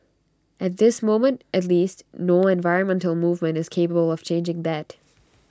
at this moment at least no environmental movement is capable of changing that